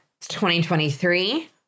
2023